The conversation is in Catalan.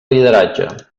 lideratge